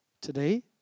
Today